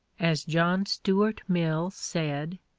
as john stuart mill said,